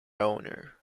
owner